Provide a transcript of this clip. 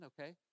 okay